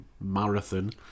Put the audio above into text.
marathon